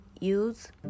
use